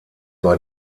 war